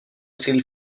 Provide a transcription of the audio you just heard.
sealed